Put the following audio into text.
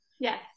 Yes